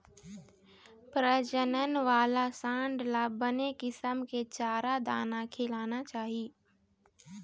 प्रजनन वाला सांड ल बने किसम के चारा, दाना खिलाना चाही